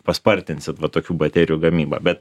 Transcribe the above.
paspartinsit va tokių baterijų gamybą bet